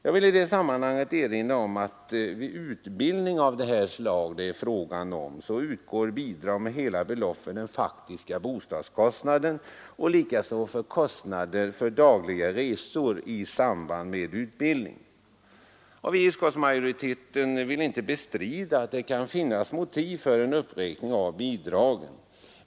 Jag vill i det sammanhanget erinra om att vid utbildning av det slag det här är fråga om utgår bidrag med hela beloppet för den faktiska bostadskostnaden, likaså för kostnader för dagliga resor i samband med utbildningen. Utskottsmajoriteten vill inte bestrida att det kan finnas motiv för en uppräkning av bidragen.